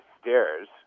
stairs